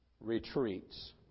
retreats